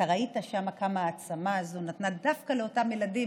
אתה ראית שם כמה ההעצמה הזו נתנה דווקא לאותם ילדים